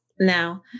Now